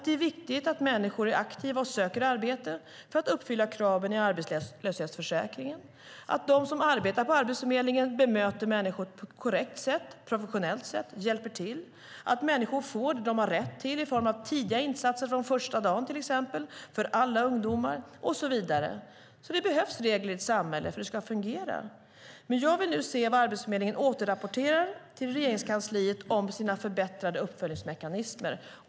Det är viktigt att människor är aktiva och söker arbete för att uppfylla kraven i arbetslöshetsförsäkringen. Det är viktigt att de som arbetar på Arbetsförmedlingen bemöter människor på ett korrekt sätt, på ett professionellt sätt, och att de hjälper till. Det är viktigt att människor får det de har rätt till i form av tidiga insatser från första dagen, till exempel, för alla ungdomar och så vidare. Det behövs regler i ett samhälle för att det ska fungera. Jag vill nu se vad Arbetsförmedlingen återrapporterar till Regeringskansliet om sina förbättrade uppföljningsmekanismer.